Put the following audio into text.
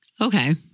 Okay